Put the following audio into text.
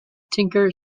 tinker